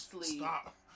stop